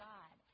God